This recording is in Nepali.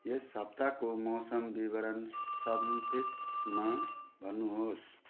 यस हप्ताको मौसम विवरण सङ्क्षेपमा भन्नुहोस्